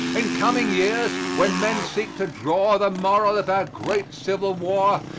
in coming years when men seek to draw the moral of our great civil war,